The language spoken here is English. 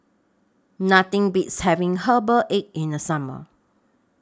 Nothing Beats having Herbal Egg in The Summer